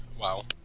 wow